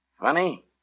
Funny